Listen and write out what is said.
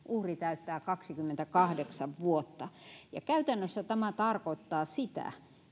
uhri täyttää kaksikymmentäkahdeksan vuotta käytännössä tämä tarkoittaa sitä